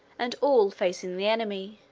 and all facing the enemy